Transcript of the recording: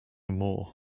more